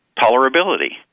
tolerability